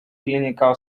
clinical